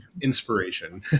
inspiration